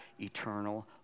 eternal